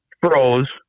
froze